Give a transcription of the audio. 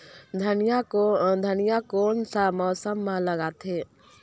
धनिया कोन सा मौसम मां लगथे?